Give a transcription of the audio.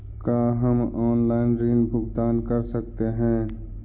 का हम आनलाइन ऋण भुगतान कर सकते हैं?